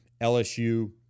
LSU